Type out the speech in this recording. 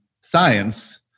science